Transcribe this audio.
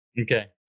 Okay